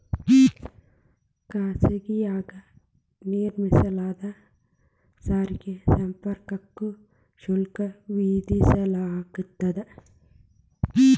ಖಾಸಗಿಯಾಗಿ ನಿರ್ಮಿಸಲಾದ ಸಾರಿಗೆ ಸಂಪರ್ಕಕ್ಕೂ ಶುಲ್ಕ ವಿಧಿಸಲಾಗ್ತದ